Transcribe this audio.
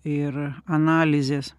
ir analizės